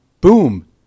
boom